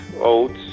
oats